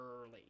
early